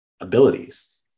abilities